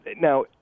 Now